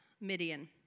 Midian